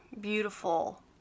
beautiful